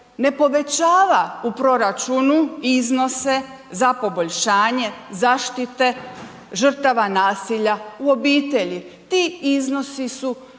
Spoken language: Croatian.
ne povećava u proračunu iznose za poboljšanje zaštite žrtava nasilja u obitelji, ti iznosi su,